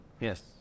yes